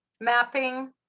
mapping